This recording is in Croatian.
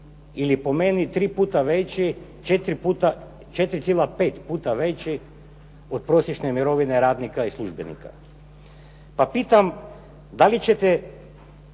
ili po meni 3 puta veći, 4,5 puta veći od prosječne mirovine radnika i službenika. Pa pitam da li ćete